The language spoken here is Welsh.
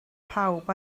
pawb